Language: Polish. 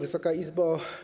Wysoka Izbo!